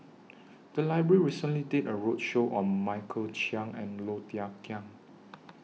The Library recently did A roadshow on Michael Chiang and Low Thia Khiang